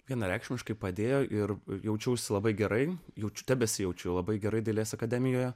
vienareikšmiškai padėjo ir jaučiausi labai gerai jaučiu tebesijaučiu labai gerai dailės akademijoje